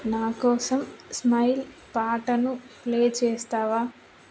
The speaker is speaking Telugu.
నా కోసం స్మైల్ పాటను ప్లే చేస్తావా